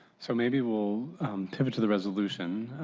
so maybe we'll take it to the resolution.